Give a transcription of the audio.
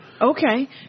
Okay